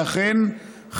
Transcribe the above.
ואכן,